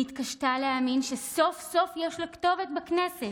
היא התקשתה להאמין שסוף-סוף יש לה כתובת בכנסת,